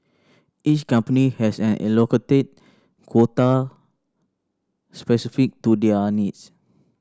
each company has an allocated quota specific to their needs